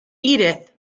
edith